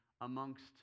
amongst